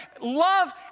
Love